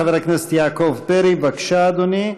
חבר הכנסת יעקב פרי, בבקשה, אדוני.